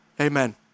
Amen